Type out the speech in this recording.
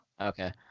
Okay